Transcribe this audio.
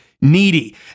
needy